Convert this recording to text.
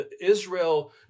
Israel